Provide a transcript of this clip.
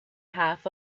half